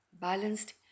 balanced